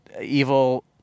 evil